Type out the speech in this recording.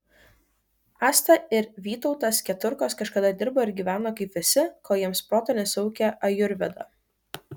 asta ir vytautas keturkos kažkada dirbo ir gyveno kaip visi kol jiems proto nesujaukė ajurveda